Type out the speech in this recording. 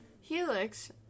Helix